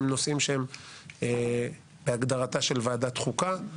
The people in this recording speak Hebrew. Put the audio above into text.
הם נושאים שהם בהגדרתה של ועדת חוקה.